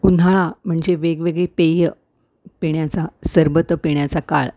उन्हाळा म्हणजे वेगवेगळे पेय पिण्याचा सरबत पिण्याचा काळ